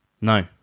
No